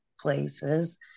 places